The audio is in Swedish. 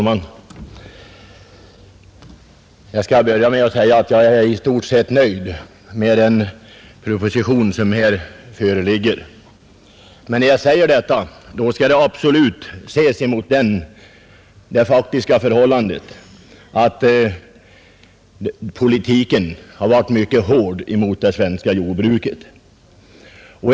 Herr talman! Jag är i stort sett nöjd med den proposition som föreligger. När jag säger detta, skall det absolut ses emot det faktiska förhållandet att politiken har varit mycket hård emot det svenska jordbruket.